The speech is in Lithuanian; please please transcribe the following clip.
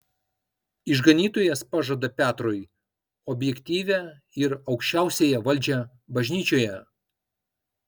išganytojas pažada petrui objektyvią ir aukščiausiąją valdžią bažnyčioje